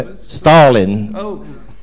Stalin